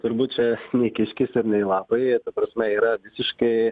turbūt čia nei kiškis ir nei lapai ta prasme yra visiškai